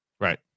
Right